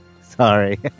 Sorry